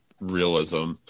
realism